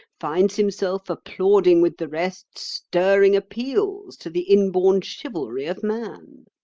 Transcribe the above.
finds himself applauding with the rest stirring appeals to the inborn chivalry of man.